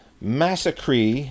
Massacre